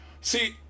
See